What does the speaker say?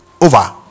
over